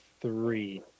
three